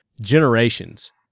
generations